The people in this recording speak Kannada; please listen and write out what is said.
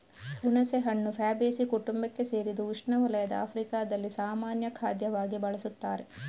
ಹುಣಸೆಹಣ್ಣು ಫ್ಯಾಬೇಸೀ ಕುಟುಂಬಕ್ಕೆ ಸೇರಿದ್ದು ಉಷ್ಣವಲಯದ ಆಫ್ರಿಕಾದಲ್ಲಿ ಸಾಮಾನ್ಯ ಖಾದ್ಯವಾಗಿ ಬಳಸುತ್ತಾರೆ